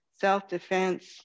self-defense